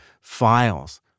files